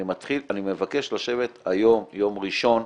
אני מתחיל, אני מבקש לשבת היום, יום ראשון,